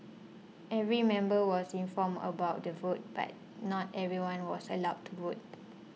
every member was informed about the vote but not everyone was allowed to vote